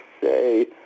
say